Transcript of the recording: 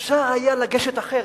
אפשר היה לגשת אחרת.